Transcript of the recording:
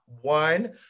One